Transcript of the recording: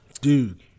dude